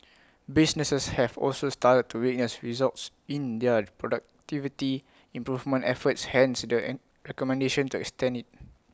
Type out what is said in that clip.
businesses have also started to witness results in their productivity improvement efforts hence the an recommendation to extend IT